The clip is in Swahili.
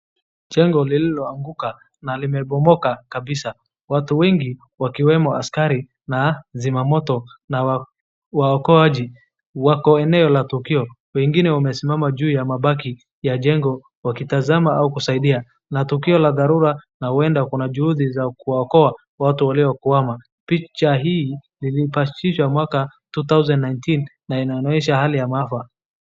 Jengo lililoanguka na limebomoka kabisa. Watu wengi wakiwemo askari na zimamoto na waokoaji wako eneo la tukio. Wengine wamesimama juu ya mabaki ya jengo wakitazama au kusaidia. Na tukio la dharura na huenda kuna juhudi za kuwaokoa watu waliokwama. Picha hii ilipachikwa mwaka 2019 na inaonyesha hali ya maafa.